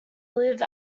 live